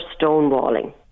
stonewalling